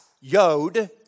yod